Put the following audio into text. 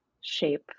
shape